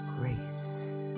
grace